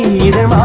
neither